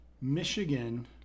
Michigan